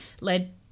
led